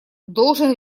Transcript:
должен